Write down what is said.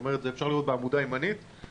אפשר לראות שבחודש יולי יש לנו